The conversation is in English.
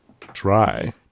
try